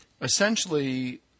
essentially